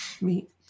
meet